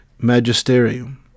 Magisterium